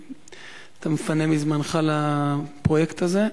תודה רבה שאתה מפנה מזמנך לפרויקט הזה.